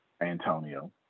Antonio